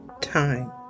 time